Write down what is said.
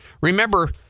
Remember